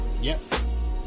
Yes